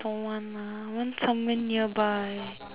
don't want lah I want somewhere nearby